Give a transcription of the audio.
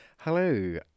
Hello